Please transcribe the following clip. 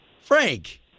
Frank